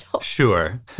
Sure